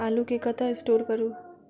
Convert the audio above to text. आलु केँ कतह स्टोर करू?